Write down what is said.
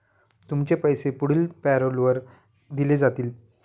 तुमचे पैसे पुढील पॅरोलवर दिले जातील